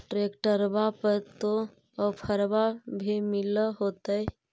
ट्रैक्टरबा पर तो ओफ्फरबा भी मिल होतै?